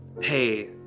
hey